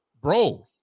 Bro